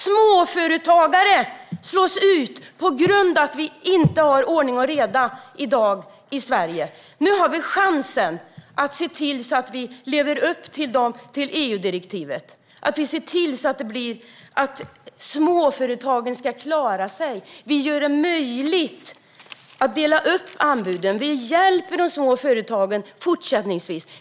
Småföretagare slås ut på grund av att vi inte har ordning och reda i Sverige i dag. Nu har vi chansen att se till att vi lever upp till EU-direktivet och se till att småföretagen klarar sig. Vi gör det möjligt att dela upp anbuden. Vi hjälper de små företagen fortsättningsvis.